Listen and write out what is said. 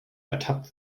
ertappt